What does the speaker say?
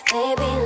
Baby